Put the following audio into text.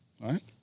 Right